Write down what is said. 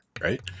Right